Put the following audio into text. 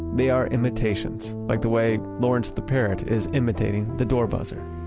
they are imitations like the way lawrence the parrot is imitating the door buzzer